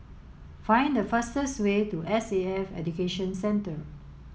find the fastest way to S C F Education Centre